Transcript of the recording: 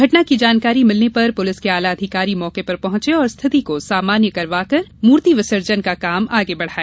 घटना की जानकारी मिलने पर पुलिस के आला अधिकारी मौके पर पहुंचे और स्थिती को सामान्य करवाया जिसके बाद मूर्ति विसर्जन का काम हो सका